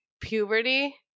puberty